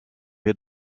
wir